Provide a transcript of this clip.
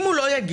אם הוא לא יגיש,